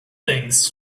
things